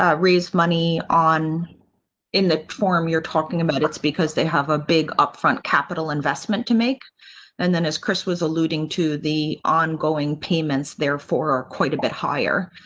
ah raise money on in the form you're talking about. it's because they have a big upfront capital investment to make and then as chris was alluding to the ongoing payments, therefore, are quite a bit higher.